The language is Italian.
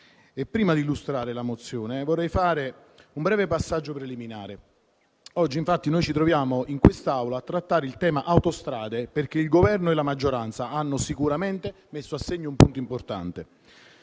Prima di illustrare la mozione vorrei fare un breve passaggio preliminare: oggi infatti ci troviamo in quest'Aula a trattare il tema autostrade perché il Governo e la maggioranza hanno sicuramente messo a segno un punto importante.